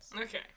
okay